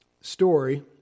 story